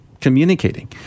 communicating